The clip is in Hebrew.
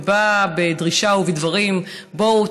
ובאה בדרישה ובדברים: בואו,